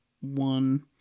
one